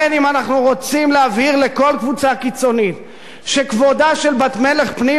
אם אנחנו רוצים להבהיר לכל קבוצה קיצונית שכבודה של בת מלך פנימה,